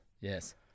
yes